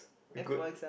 good